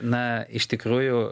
na iš tikrųjų